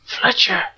Fletcher